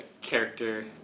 character